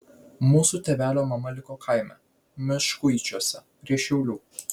mūsų tėvelio mama liko kaime meškuičiuose prie šiaulių